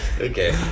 Okay